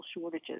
shortages